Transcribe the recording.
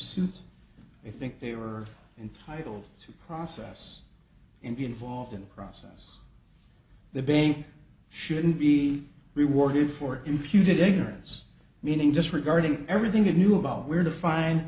suits i think they were entitled to process and be involved in the process the bank shouldn't be rewarded for imputed ignorance meaning disregarding everything he knew about where to find